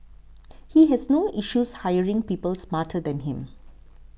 he has no issues hiring people smarter than him